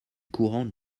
courant